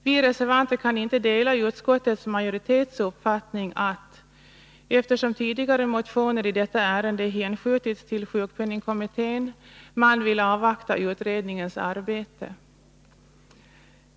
Vi reservanter kan inte dela utskottets majoritets uppfattning att eftersom tidigare motioner i detta ärende hänskjutits till sjukpenningkommittén så vill man avvakta utredningens arbete.